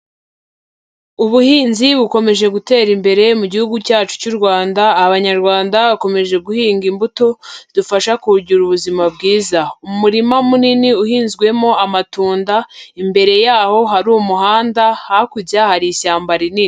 Ubuhinzi bukomeje gutera imbere mu gihugu cyacu cy'u Rwanda, Abanyarwanda bakomeje guhinga imbuto bidufasha kugira ubuzima bwiza, umurima munini uhinzwemo amatunda imbere yaho hari umuhanda hakurya hari ishyamba rinini.